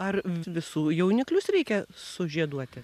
ar visų jauniklius reikia sužieduoti